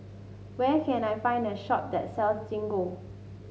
where can I find a shop that sells Gingko